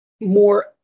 more